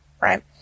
right